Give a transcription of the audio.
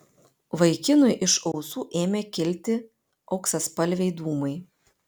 vaikinui iš ausų ėmė kilti auksaspalviai dūmai